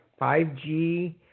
5G